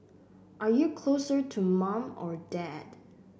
are you closer to mum or dad